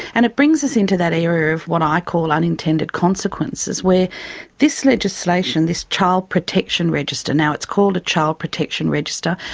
and it brings us into that area of what i call unintended consequences where this legislation, this child protection register, now it's called a child protection register,